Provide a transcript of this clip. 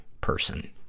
person